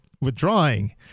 withdrawing